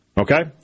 Okay